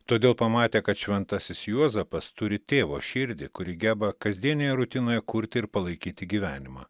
todėl pamatę kad šventasis juozapas turi tėvo širdį kuri geba kasdienėje rutinoje kurti ir palaikyti gyvenimą